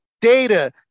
data